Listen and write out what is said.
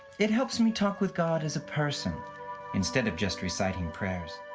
it helps me talk with god as a person instead of just reciting prayers.